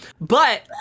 But-